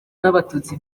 n’abatutsi